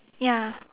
ya